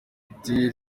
ati